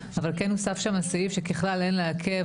כן הוסף שם סעיף שככלל אין לעכב,